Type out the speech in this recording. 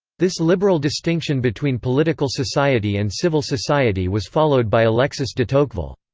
this liberal distinction between political society and civil society was followed by alexis de tocqueville.